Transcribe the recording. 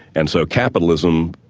and so capitalism,